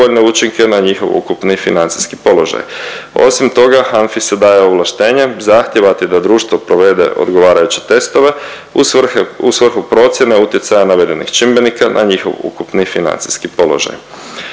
učinke na njihov ukupni financijski položaj. Osim toga HANFA-i se daje ovlaštenje zahtijevati da društvo provede odgovarajuće testove u svrhu procjene utjecaja navedenih čimbenika na njihov ukupni financijski položaj.